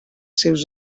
seus